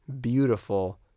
Beautiful